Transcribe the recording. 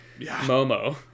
momo